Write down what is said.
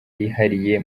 yihariye